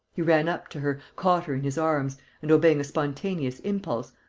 he ran up to her, caught her in his arms and, obeying a spontaneous impulse,